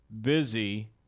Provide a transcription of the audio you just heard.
busy